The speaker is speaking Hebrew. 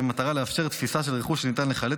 במטרה לאפשר תפיסה של רכוש שניתן לחלט